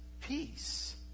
peace